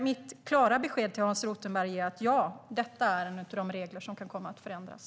Mitt klara besked till Hans Rothenberg är alltså: Ja, detta är en av de regler som kan komma att förändras.